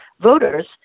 voters